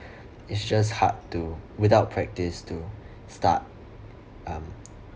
it's just hard to without practise to start um